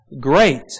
Great